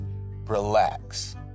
relax